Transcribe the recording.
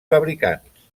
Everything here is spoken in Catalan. fabricants